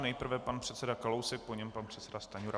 Nejprve pan předseda Kalousek, po něm pan předseda Stanjura.